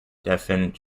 stephen